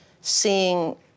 seeing